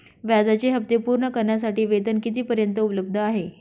व्याजाचे हप्ते पूर्ण करण्यासाठी वेतन किती पर्यंत उपलब्ध आहे?